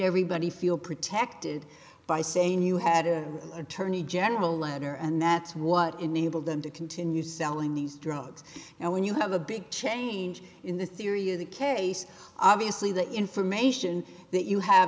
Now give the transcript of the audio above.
everybody feel protected by saying you had a attorney general ledger and that's what enabled them to continue selling these drugs and when you have a big change in the theory of the case obviously the information that you have